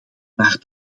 maar